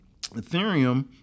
Ethereum